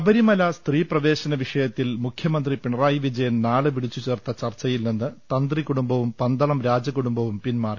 ശബരിമല സ്ത്രീപ്രവേശന വിഷയത്തിൽ മുഖ്യമന്ത്രിപിണറായി വിജ യൻ നാളെ വിളിച്ചുചേർത്ത ചർച്ചയിൽനിന്ന് തന്ത്രി കുടുംബവും പന്തളം രാജകുടുംബവും പിന്മാറി